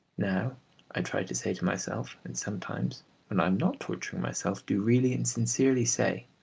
now i try to say to myself, and sometimes when i am not torturing myself do really and sincerely say,